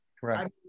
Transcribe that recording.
correct